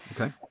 Okay